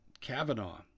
Kavanaugh